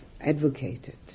advocated